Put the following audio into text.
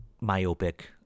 myopic